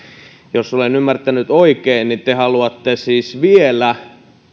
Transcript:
jos olen ymmärtänyt oikein niin te haluatte siis vielä